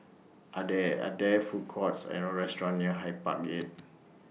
Are There Are There Food Courts and restaurants near Hyde Park Gate